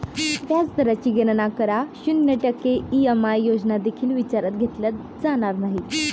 व्याज दराची गणना करा, शून्य टक्के ई.एम.आय योजना देखील विचारात घेतल्या जाणार नाहीत